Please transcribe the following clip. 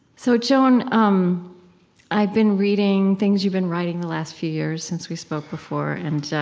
so joan, um i've been reading things you've been writing the last few years since we spoke before, and